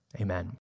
Amen